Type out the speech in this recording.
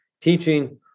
teaching